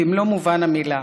במלוא מובן המילה.